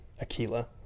Aquila